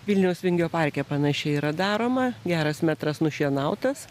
vilniaus vingio parke panašiai yra daroma geras metras nušienautas